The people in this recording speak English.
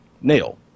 Nail